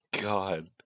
God